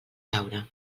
caure